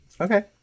Okay